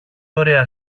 ωραία